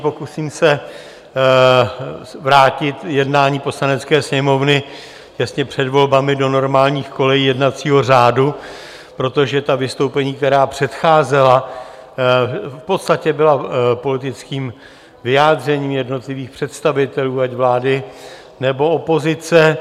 Pokusím se vrátit jednání Poslanecké sněmovny těsně před volbami do normálních kolejí jednacího řádu, protože vystoupení, která předcházela, byla v podstatě politickým vyjádřením jednotlivých představitelů ať vlády, nebo opozice.